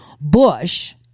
Bush